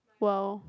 well